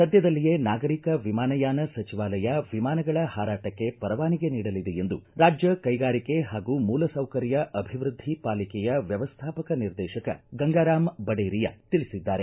ಸದ್ಯದಲ್ಲಿಯೇ ನಾಗರಿಕ ವಿಮಾನಯಾನ ಸಚಿವಾಲಯ ವಿಮಾನಗಳ ಹಾರಾಟಕ್ಕೆ ಪರವಾನಿಗೆ ನೀಡಲಿದೆ ಎಂದು ರಾಜ್ಯ ಕೈಗಾರಿಕೆ ಹಾಗೂ ಮೂಲಸೌಕರ್ಯ ಅಭಿವೃದ್ದಿ ಪಾಲಿಕೆಯ ವ್ಯವಸ್ಥಾಪಕ ನಿರ್ದೇಶಕ ಗಂಗಾರಾಮ್ ಬಡೇರಿಯಾ ತಿಳಿಸಿದ್ದಾರೆ